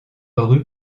rue